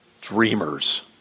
dreamers